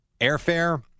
Airfare